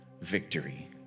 victory